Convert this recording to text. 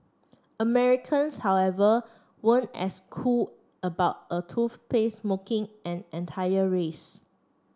Americans however weren't as cool about a toothpaste mocking an entire race